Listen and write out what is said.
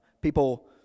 people